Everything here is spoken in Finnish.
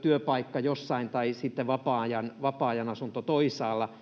työpaikka jossain tai sitten vapaa-ajan asunto toisaalla,